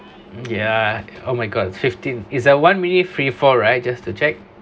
ya oh my god fifteen is a one minute free fall right just to check